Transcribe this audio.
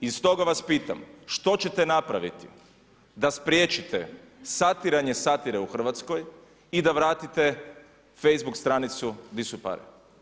I stoga vas pitam što ćete napraviti, da spriječite satiranje satire u Hrvatskoj i da vratite Facebook stranicu „Di su pare?